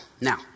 Now